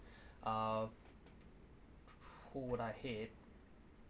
uh who would I hate